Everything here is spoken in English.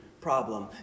problem